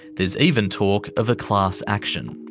there is even talk of a class action.